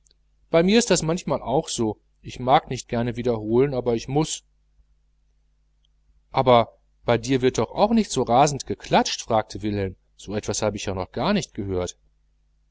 bei mir ist das auch manchmal so ich mag nicht gern wiederholen aber man muß aber bei dir wird doch nicht so rasend geklatscht fragte wilhelm so etwas habe ich noch gar nicht gehört